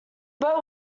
boat